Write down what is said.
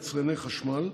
הכלכלה,